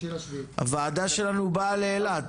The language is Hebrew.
הוועדה שלנו באה לאילת,